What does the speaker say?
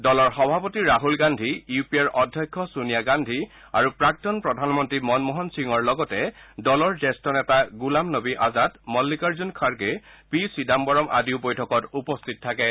দলৰ সভাপতি Rahul Gandhi U P এৰ অধ্যক্ষ ছোনিয়া গান্ধী আৰু প্ৰাক্তন প্ৰধানমন্ত্ৰী মনমোহ সিঙৰ লগতে দলৰ জ্যেষ্ঠ নোতো গুলাম নবী আজাদ মল্লিকাৰ্জুন খাৰ্গে পি চিদাম্বৰম আদিও বৈঠকত উপস্থিত থাকে